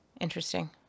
interesting